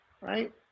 right